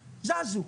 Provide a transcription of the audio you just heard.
זזו.